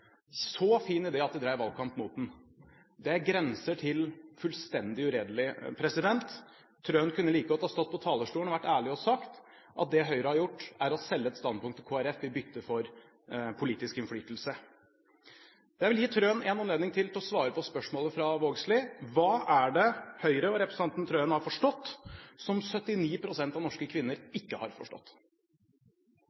er en kjempeidé, en så fin idé at de drev valgkamp mot den. Det grenser til fullstendig uredelighet. Trøen kunne like godt ha stått på talerstolen og vært ærlig og sagt at det Høyre har gjort, er å selge et standpunkt til Kristelig Folkeparti i bytte mot politisk innflytelse. Jeg vil gi Trøen en ny anledning til å svare på spørsmålet fra Vågslid: Hva er det Høyre og representanten Trøen har forstått, som 79 pst. av norske kvinner